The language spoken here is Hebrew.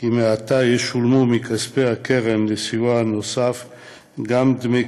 מעתה ישולמו מכספי הקרן לסיוע נוסף גם דמי